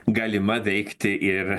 galima veikti ir